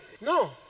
No